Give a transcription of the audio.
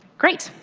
great.